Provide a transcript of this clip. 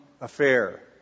affair